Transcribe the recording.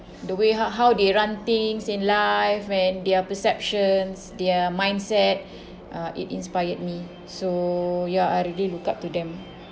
the way how how they run things in life and their perceptions their mindset uh it inspired me so ya I really look up to them